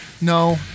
No